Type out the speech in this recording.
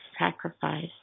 sacrifice